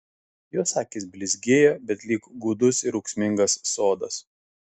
jos akys blizgėjo bet lyg gūdus ir ūksmingas sodas